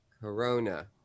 Corona